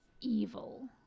evil